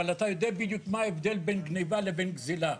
אבל אתה יודע בדיוק מה ההבדל בין גניבה לבין גזילה.